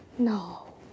No